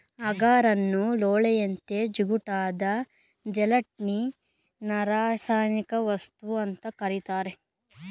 ಅಗಾರನ್ನು ಲೋಳೆಯಂತೆ ಜಿಗುಟಾದ ಜೆಲಟಿನ್ನಿನರಾಸಾಯನಿಕವಸ್ತು ಅಂತ ಕರೀತಾರೆ